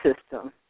system